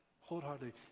wholeheartedly